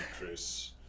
Chris